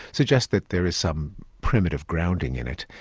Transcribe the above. suggests that there is some primitive grounding in it,